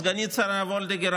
סגנית השר וולדיגר,